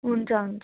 हुन्छ हुन्छ